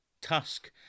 Tusk